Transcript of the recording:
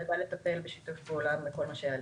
נדע לטפל בשיתוף פעולה בכל מה שיעלה.